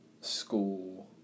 school